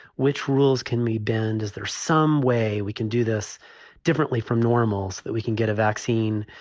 which rules can we bend? is there some way we can do this differently from normals that we can get a vaccine?